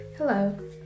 Hello